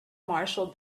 marshall